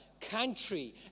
country